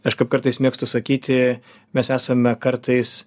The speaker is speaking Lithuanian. aš kaip kartais mėgstu sakyti mes esame kartais